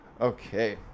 Okay